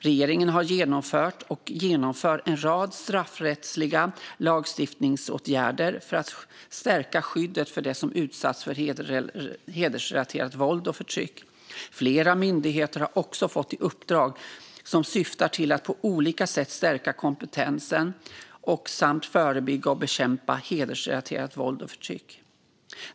Regeringen har genomfört och genomför en rad straffrättsliga lagstiftningsåtgärder för att stärka skyddet för dem som utsätts för hedersrelaterat våld och förtryck. Flera myndigheter har också fått uppdrag som syftar till att på olika sätt stärka kompetensen om samt förebygga och bekämpa hedersrelaterat våld och förtryck.